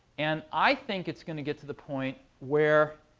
and i think it's going to get to the point where